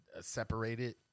separated